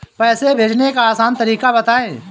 पैसे भेजने का आसान तरीका बताए?